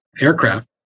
aircraft